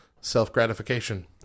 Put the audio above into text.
self-gratification